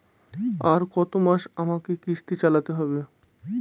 আর কতমাস আমাকে কিস্তি চালাতে হবে?